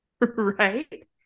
right